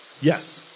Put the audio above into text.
Yes